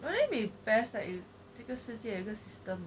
but then it would be best like 这个世界有一个 system